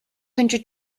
hundred